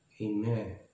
Amen